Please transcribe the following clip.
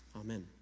Amen